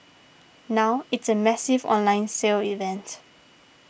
now it's a massive online sale event